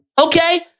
Okay